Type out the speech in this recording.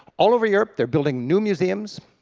all over europe they're building new museums.